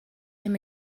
him